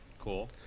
Cool